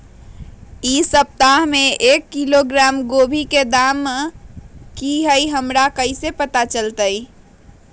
इ सप्ताह में एक किलोग्राम गोभी के दाम का हई हमरा कईसे पता चली?